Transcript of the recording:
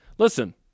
Listen